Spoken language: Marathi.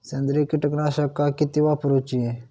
सेंद्रिय कीटकनाशका किती वापरूची?